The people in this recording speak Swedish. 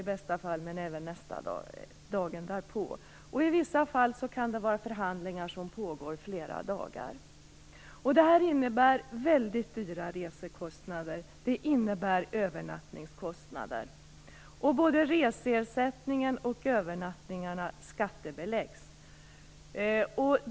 Men det kan också förekomma att de får resa hem dagen därefter. I vissa fall kan förhandlingarna pågå flera dagar. Detta innebär väldigt höga resekostnader och övernattningskostnader. Både reseersättningen och övernattningarna skattebeläggs.